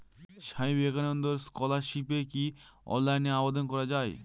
স্বামী বিবেকানন্দ ফেলোশিপে কি অনলাইনে আবেদন করা য়ায়?